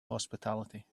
hospitality